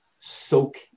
soak